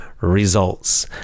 results